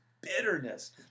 bitterness